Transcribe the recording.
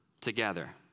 together